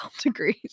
degrees